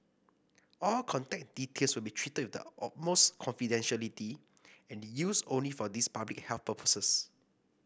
all contact details will be treated the utmost confidentiality and used only for these public health purposes